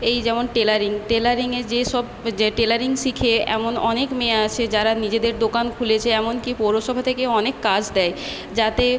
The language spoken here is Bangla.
এই যেমন টেলারিং টেলারিংয়ে যেসব যে টেলারিং শিখে এমন অনেক মেয়ে আছে যারা নিজেদের দোকান খুলেছে এমনকি পৌরসভা থেকে অনেক কাজ দেয় যাতে